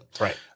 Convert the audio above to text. Right